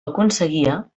aconseguia